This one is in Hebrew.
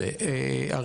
מה